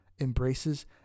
embraces